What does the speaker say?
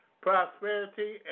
prosperity